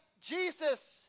Jesus